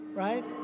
Right